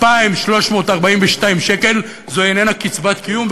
2,342 שקלים זה לא קצבת קיום,